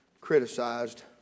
criticized